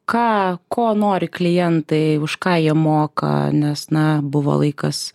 ką ko nori klientai už ką jie moka nes na buvo laikas